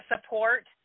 support